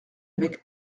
avec